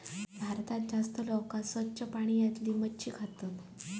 भारतात जास्ती लोका स्वच्छ पाण्यातली मच्छी खातत